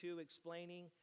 explaining